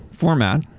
Format